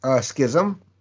Schism